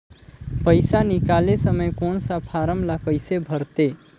पइसा निकाले समय कौन सा फारम ला कइसे भरते?